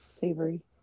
Savory